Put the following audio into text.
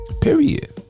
Period